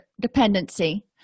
dependency